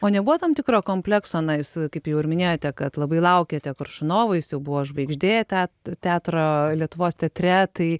o nebuvo tam tikro komplekso na jūs kaip jau ir minėjote kad labai laukėte kuršnovo jis jau buvo žvaigždė tet teatro lietuvos teatre tai